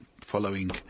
Following